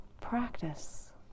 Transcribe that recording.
practice